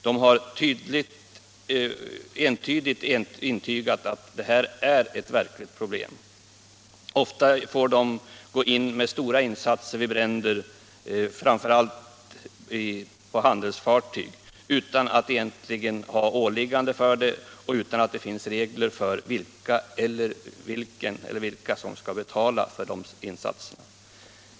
De har entydigt intygat att detta är ett verkligt problem. Ofta får de göra stora insatser vid bränder på framför allt handelsfartyg utan att egentligen ha åliggande för det och utan att det finns regler för vilken eller vilka som skall betala för dessa insatser.